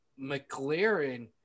McLaren